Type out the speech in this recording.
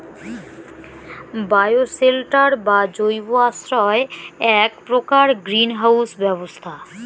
bioshelter বা জৈব আশ্রয় এ্যাক প্রকার গ্রীন হাউস ব্যবস্থা